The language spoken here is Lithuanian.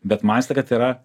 bet mąstė kad yra